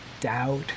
doubt